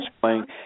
playing